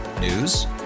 News